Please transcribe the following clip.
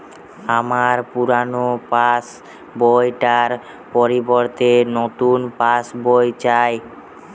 আমার পুরানো পাশ বই টার পরিবর্তে নতুন পাশ বই চাই